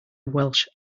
welsh